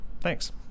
Thanks